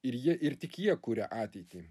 ir jie ir tik jie kuria ateitį